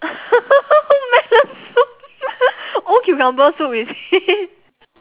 melon soup old cucumber soup is it